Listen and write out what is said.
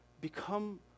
become